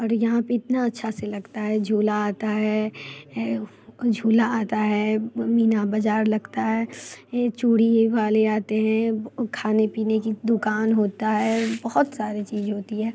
और यहाँ पे इतना अच्छा से लगता है झूला आता है झूला आता है मीना बाज़ार लगता है ये चूड़ी ए वाले आते हैं खाने पीने की दुकान होती है बहुत सारी चीज़ें होती हैं